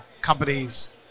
companies